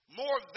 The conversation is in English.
more